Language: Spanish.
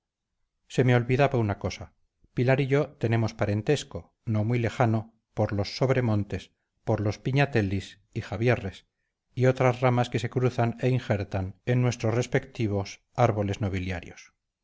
se me olvidaba una cosa pilar y yo tenemos parentesco no muy lejano por los sobremontes por los pignatellis y javierres y otras ramas que se cruzan e injertan en nuestros respectivos árboles nobiliarios